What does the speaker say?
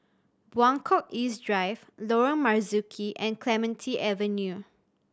Buangkok East Drive Lorong Marzuki and Clementi Avenue